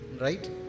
right